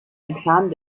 entfernen